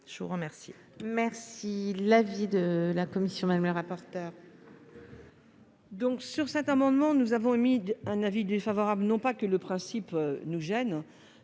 Je vous remercie